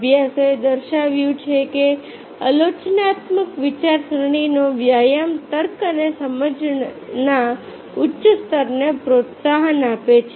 અભ્યાસોએ દર્શાવ્યું છે કે આલોચનાત્મક વિચારસરણીનો વ્યાયામ તર્ક અને સમજણના ઉચ્ચ સ્તરને પ્રોત્સાહન આપે છે